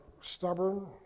stubborn